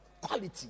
quality